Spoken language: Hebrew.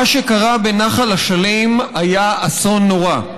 מה שקרה בנחל אשלים היה אסון נורא.